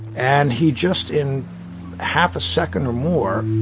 and he just in half a second or more